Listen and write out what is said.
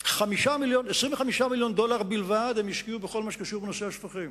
25 מיליון דולר בלבד הם השקיעו בכל מה שקשור בנושא השפכים,